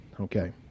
okay